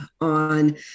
on